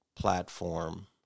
platform